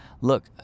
look